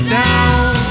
down